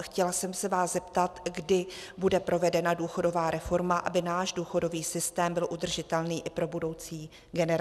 Chtěla jsem se vás zeptat, kdy bude provedena důchodová reforma, aby náš důchodový systém byl udržitelný i pro budoucí generace.